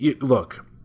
look